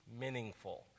meaningful